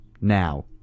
now